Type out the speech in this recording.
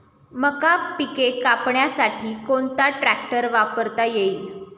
मका पिके कापण्यासाठी कोणता ट्रॅक्टर वापरता येईल?